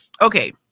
Okay